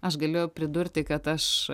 aš galiu pridurti kad aš